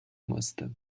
musste